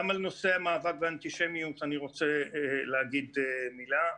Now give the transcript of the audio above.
גם על נושא מאבק באנטישמיות אני רוצה להגיד מילה.